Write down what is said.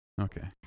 Okay